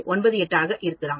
98 ஆக இருக்கலாம்